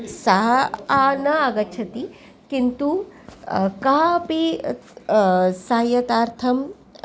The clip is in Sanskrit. सः न आगच्छति किन्तु कापि सहायतार्थं